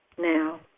now